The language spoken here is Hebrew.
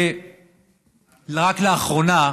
רק לאחרונה,